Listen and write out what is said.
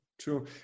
True